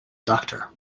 doctor